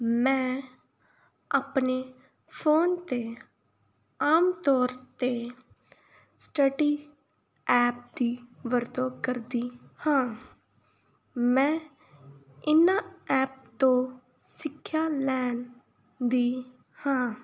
ਮੈਂ ਆਪਣੇ ਫੋਨ 'ਤੇ ਆਮ ਤੌਰ 'ਤੇ ਸਟਡੀ ਐਪ ਦੀ ਵਰਤੋਂ ਕਰਦੀ ਹਾਂ ਮੈਂ ਇਹਨਾਂ ਐਪ ਤੋਂ ਸਿੱਖਿਆ ਲੈਂਦੀ ਹਾਂ